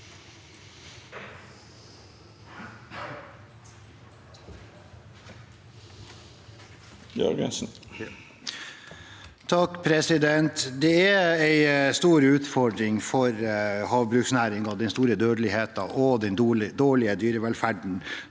(R) Det er en stor utford- ring for havbruksnæringen med den store dødeligheten og den dårlige dyrevelferden